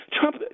Trump